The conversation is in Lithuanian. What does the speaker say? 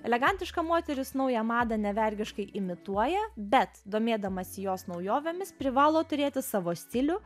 elegantiška moteris naują madą ne vergiškai imituoja bet domėdamasi jos naujovėmis privalo turėti savo stilių